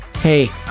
Hey